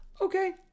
Okay